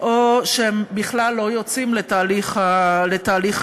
או שהם בכלל לא יוצאים לתהליך החיזוק.